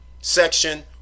section